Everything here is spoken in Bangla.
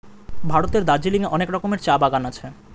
ভারতের দার্জিলিং এ অনেক রকমের চা বাগান আছে